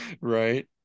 right